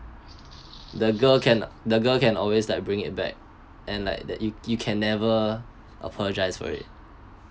the girl can the girl can always like bring it back and like that you you can never apologize for it